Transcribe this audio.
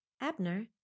Abner